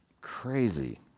Crazy